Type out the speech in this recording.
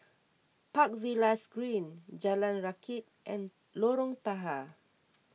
Park Villas Green Jalan Rakit and Lorong Tahar